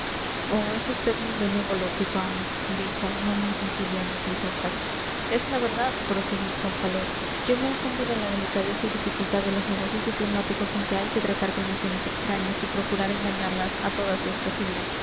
oh es vd muy benévolo pipaón dijo no muy sensible a mis lisonjas es la verdad proseguí con calor yo me asombro de la delicadeza y dificultad de los negocios diplomáticos en que hay que tratar con naciones extrañas y procurar engañarlas a todas si es posible